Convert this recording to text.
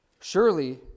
Surely